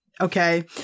okay